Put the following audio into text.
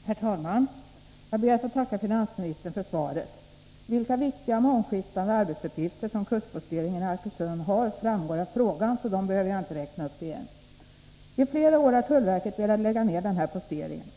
Herr talman! Jag ber att få tacka finansministern för svaret. Vilka viktiga och mångskiftande arbetsuppgifter som kustposteringen i Arkösund har framgår av frågan, så det behöver jag inte räkna upp igen. I flera år har tullverket velat lägga ner den här posteringen.